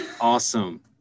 Awesome